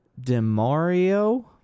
DeMario